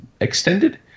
extended